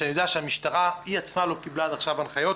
שאני יודע שהמשטרה עצמה לא קיבלה עד עכשיו הנחיות.